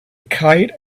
kite